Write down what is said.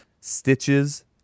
Stitches